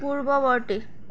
পূৰ্বৱৰ্তী